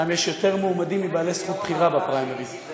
אצלם יש יותר מועמדים מבעלי זכות בחירה בפריימריז.